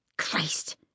Christ